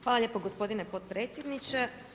Hvala lijepo gospodin potpredsjedniče.